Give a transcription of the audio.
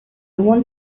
want